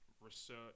research